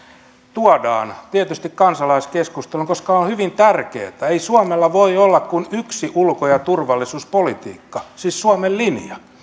tuodaan tietysti kansalaiskeskusteluun koska on hyvin tärkeää suomella ei voi olla kuin yksi ulko ja turvallisuuspolitiikka siis suomen linja